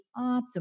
optimal